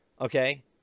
okay